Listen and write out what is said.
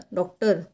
doctor